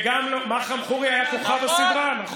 מכרם חורי היה כוכב הסדרה, נכון.